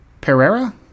Pereira